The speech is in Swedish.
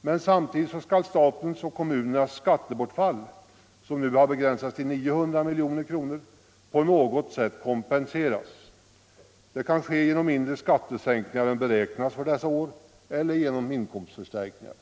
men samtidigt skall statens och kommunernas skattebortfall, som nu har begränsats till 900 miljoner kronor, på något sätt kompenseras, vilket kan ske genom mindre skattesänkningar än som beräknats för dessa år eller genom inkomstförstärkningar.